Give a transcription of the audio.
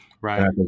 Right